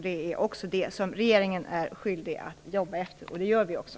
Det är också det som regeringen är skyldig att jobba efter, och det gör vi också.